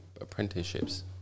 apprenticeships